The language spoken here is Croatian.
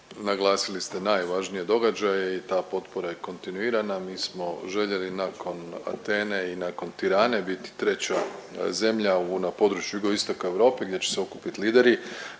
naglasili ste najvažnije događaje i ta potpora je kontinuirana, mi smo željeli nakon Atene i nakon Tirane biti treća zemlja na području Jugoistoka Europe gdje će se okupit lideri,